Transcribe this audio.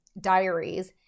diaries